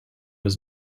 was